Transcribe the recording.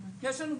יש לנו,